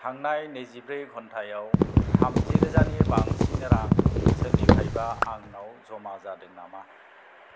थांनाय नैजिब्रै घन्टायाव थामजि रोजानि बांसिन रां सोरनिफ्रायबा आंनाव जमा जादों नामा